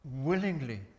Willingly